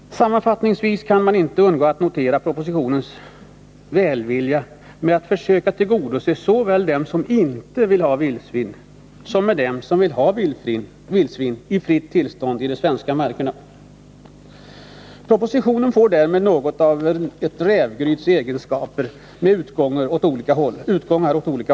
Sammanfattningsvis kan man inte undgå att notera propositionens välvilliga försök att tillgodose både dem som inte vill ha vildsvin och dem som vill ha vildsvin i fritt tillstånd i de svenska markerna. Propositionen får därmed något av ett rävgryts egenskaper med utgångar åt olika håll.